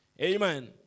Amen